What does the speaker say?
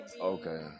Okay